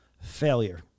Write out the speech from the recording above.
failure